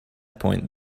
point